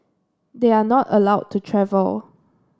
they are not allowed to travel